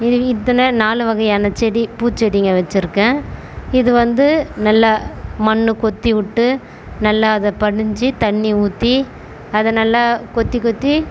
இது இத்தனை நாலு வகையான செடி பூச்செடிங்க வச்சுருக்கேன் இது வந்து நல்லா மண்ணு கொத்தி விட்டு நல்லா அதை பணிஞ்சு தண்ணி ஊற்றி அதை நல்லா கொத்தி கொத்தி